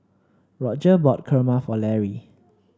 Rodger bought Kurma for Larry